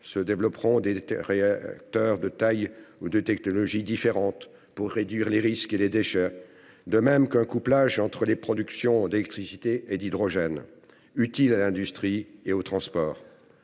se développeront des réacteurs de taille ou de technologie différentes, pour réduire les risques et les déchets, ainsi qu'un couplage entre les productions d'électricité et d'hydrogène, utile à l'industrie et aux transports.